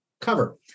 cover